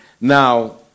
Now